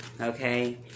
Okay